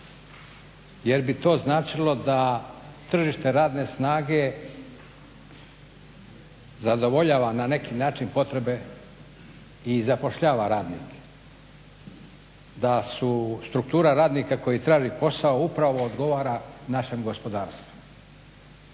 jer bi to značilo da tržište radne snage zadovoljava na neki način potrebe i zapošljava radnike, da su struktura radnika koji traži posao upravo odgovara našem gospodarstvu.